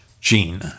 gene